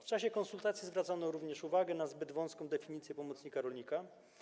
W czasie konsultacji zwracano również uwagę na zbyt wąską definicję pomocnika rolnika.